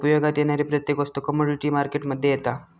उपयोगात येणारी प्रत्येक वस्तू कमोडीटी मार्केट मध्ये येता